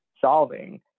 solving